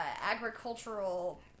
agricultural